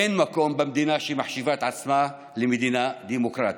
אין מקום במדינה שמחשיבה את עצמה למדינה דמוקרטית.